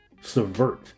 subvert